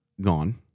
gone